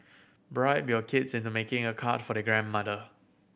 bribe your kids into making a card for their grandmother